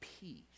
peace